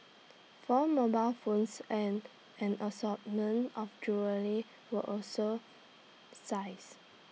four mobile phones and an assortment of jewellery were also seized